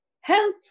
health